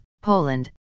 Poland